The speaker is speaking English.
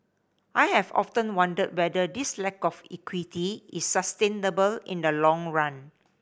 I have often wondered whether this lack of equity is sustainable in the long run